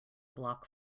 block